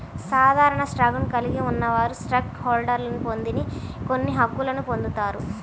సాధారణ స్టాక్ను కలిగి ఉన్నవారు స్టాక్ హోల్డర్లు పొందని కొన్ని హక్కులను పొందుతారు